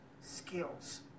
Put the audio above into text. skills